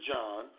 John